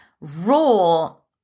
role